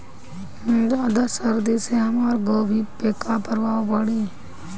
ज्यादा सर्दी से हमार गोभी पे का प्रभाव पड़ी?